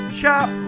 chop